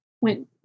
went